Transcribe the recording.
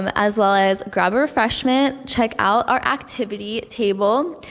um as well as grab a refreshment, check out our activity table,